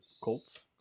Colts